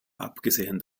abgesehen